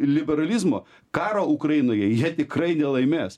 liberalizmo karo ukrainoje jie tikrai nelaimės